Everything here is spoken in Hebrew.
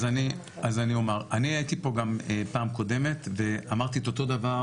(היו"ר מוסי רז) אני הייתי פה גם פעם קודמת ואמרתי את אותו דבר,